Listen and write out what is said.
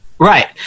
Right